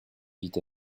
vit